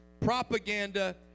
propaganda